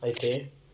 అయితే